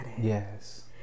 Yes